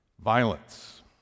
Violence